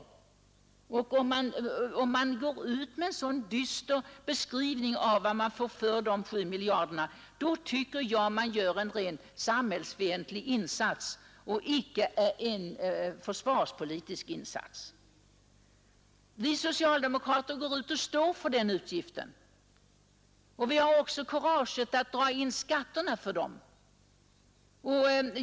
Om man går ut med en sådan dyster beskrivning av vad vi får för de 7 miljarderna, tycker jag man gör en samhällsfientlig insats och inte en försvarspolitisk insats. Vi socialdemokrater går ut och står för försvarsutgifterna. Vi har också kuraget att ta ut de skattemedel som behövs för att täcka utgifterna.